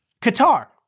Qatar